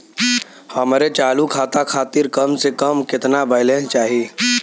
हमरे चालू खाता खातिर कम से कम केतना बैलैंस चाही?